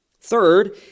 third